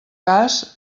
cas